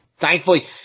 Thankfully